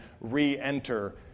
re-enter